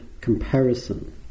comparison